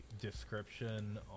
description